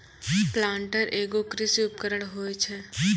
planter एगो कृषि उपकरण होय छै